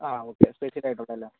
ആ okay special type ഉണ്ടല്ലോ